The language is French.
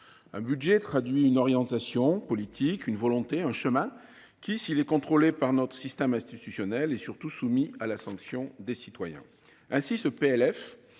Un budget traduit une orientation politique, une volonté, un chemin qui, s’il est balisé par notre système institutionnel, est surtout soumis à la sanction des citoyens.